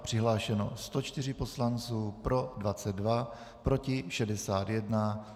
Přihlášeno 104 poslanců, pro 22, proti 61.